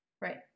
Right